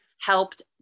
helped